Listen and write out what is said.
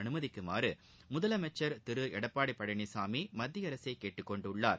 அனுமதிக்குமாறு முதலமைச்சர் திரு எடப்பாடி பழனிசாமி மத்திய அரசை கேட்டுக்கொண்டுள்ளார்